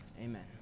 amen